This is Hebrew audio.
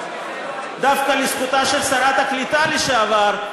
דווקא לזכותה של שרת הקליטה לשעבר,